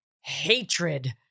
hatred